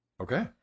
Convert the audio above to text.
Okay